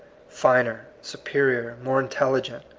finer, superior, more intelligent.